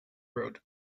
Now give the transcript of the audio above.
wrote